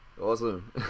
Awesome